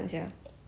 hee hee